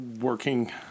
working